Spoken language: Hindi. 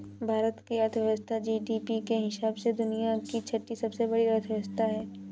भारत की अर्थव्यवस्था जी.डी.पी के हिसाब से दुनिया की छठी सबसे बड़ी अर्थव्यवस्था है